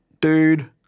dude